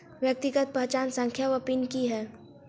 व्यक्तिगत पहचान संख्या वा पिन की है?